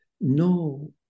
No